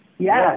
Yes